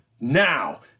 now